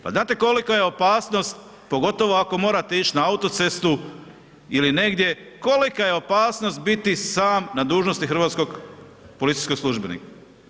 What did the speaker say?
Pa znate koliko je opasnost, pogotovo ako morate ići na autocestu ili negdje, kolika je opasnost biti sam na dužnosti hrvatskog policijskog službenika.